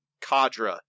cadre